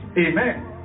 Amen